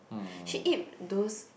she eat those